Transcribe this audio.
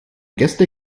gäste